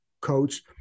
coach